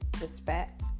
respect